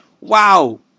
Wow